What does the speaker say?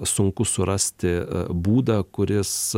sunku surasti būdą kuris